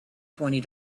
twenty